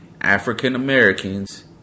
African-Americans